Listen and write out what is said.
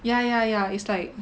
ya ya ya it's like